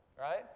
Right